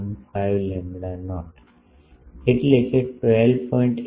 715 lambda naught એટલે કે 12